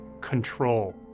control